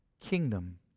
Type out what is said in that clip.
kingdom